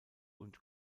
und